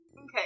Okay